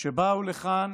שבאו לכאן